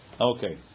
Okay